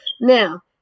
Now